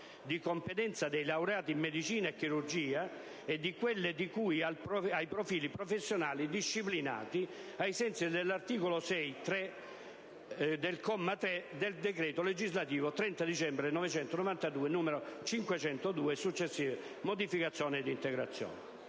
di competenza dei laureati in medicina e chirurgia, e di quelle di cui ai profili professionali disciplinati ai sensi dell'articolo 6, comma 3, del decreto legislativo 30 dicembre 1992 n. 502 e successive modifiche ed integrazioni».